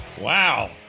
Wow